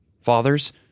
Fathers